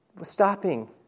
stopping